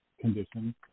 condition